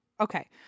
okay